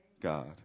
God